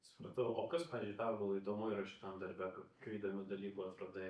supratau o kas pavyzdžiui tau gal įdomu yra šitam darbe kokių įdomių dalykų atradai